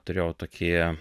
turėjau tokį